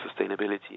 sustainability